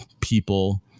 people